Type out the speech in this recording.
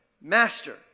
Master